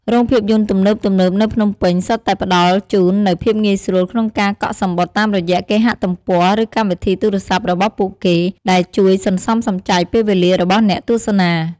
រោងភាពយន្តទំនើបៗនៅភ្នំពេញសុទ្ធតែផ្តល់ជូននូវភាពងាយស្រួលក្នុងការកក់សំបុត្រតាមរយៈគេហទំព័រ ឬកម្មវិធីទូរស័ព្ទរបស់ពួកគេ ដែលជួយសន្សំសំចៃពេលវេលារបស់អ្នកទស្សនា។